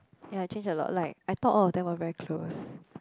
ya I change a lot like I thought all of them were very close